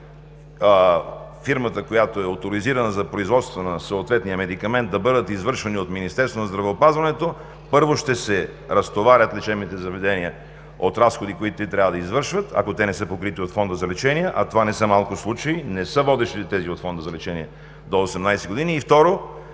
фирмата, която е оторизирана за производство на съответния медикамент, да бъдат извършвани от Министерството на здравеопазването, първо, ще се разтоварят лечебните заведения от разходи, които те трябва да извършват, ако не са покрити от Фонда за лечение, а това не са малко случаи – не са водещите, тези от Фонда за лечение до 18 години и, второ,